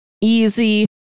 easy